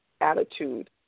attitude